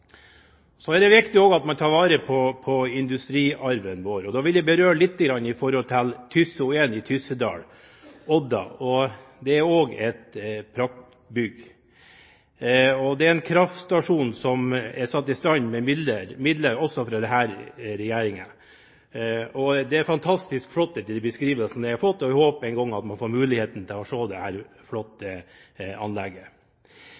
Så er det også viktig at man tar vare på industriarven vår. Der vil jeg berøre Tysso 1 i Tyssedal, Odda. Det er også et praktbygg. Det er en kraftstasjon som også er satt i stand med midler fra denne regjeringen. Det er fantastisk flott etter den beskrivelsen jeg har fått, og jeg håper at jeg en gang får muligheten til å få sett dette flotte anlegget.